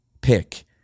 pick